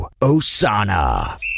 Osana